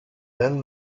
then